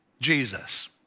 Jesus